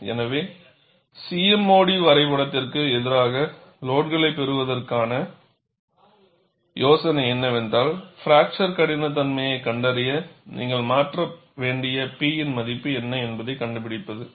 எனவே CMOD வரைபடத்திற்கு எதிராக லோடுகளைப் பெறுவதற்கான யோசனை என்னவென்றால் பிராக்சர் கடினத்தன்மையைக் கண்டறிய நீங்கள் மாற்ற வேண்டிய P இன் மதிப்பு என்ன என்பதைக் கண்டுபிடிப்பது